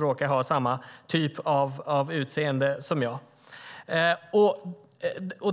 råkar ha samma typ av utseende som jag.